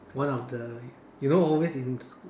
when of the you know always in